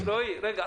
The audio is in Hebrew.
רגע,